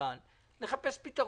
כמו שהיה 3,000 שקלים בפעם השנייה,